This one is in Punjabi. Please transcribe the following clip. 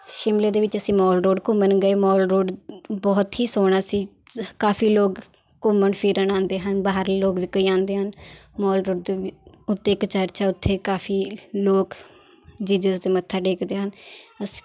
ਸ਼ਿਮਲੇ ਦੇ ਵਿੱਚ ਅਸੀਂ ਮੌਲ ਰੋਡ ਘੁੰਮਣ ਗਏ ਮੌਲ ਰੋਡ ਬਹੁਤ ਹੀ ਸੋਹਣਾ ਸੀ ਕਾਫ਼ੀ ਲੋਕ ਘੁੰਮਣ ਫਿਰਨ ਆਉਂਦੇ ਹਨ ਬਾਹਰਲੇ ਲੋਕ ਵੀ ਕਈ ਆਉਂਦੇ ਹਨ ਮੌਲ ਰੋਡ ਦੇ ਉੱਤੇ ਇੱਕ ਚਰਚ ਹੈ ਉੱਥੇ ਕਾਫ਼ੀ ਲੋਕ ਜਿਜਸ 'ਤੇ ਮੱਥਾ ਟੇਕਦੇ ਹਨ ਅਸੀਂ